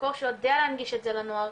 ממקור שיודע להנגיד את זה לנוער,